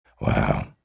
Wow